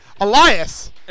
Elias